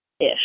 ish